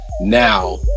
now